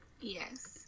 Yes